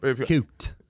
cute